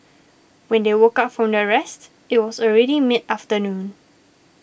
when they woke up from their rest it was already mid afternoon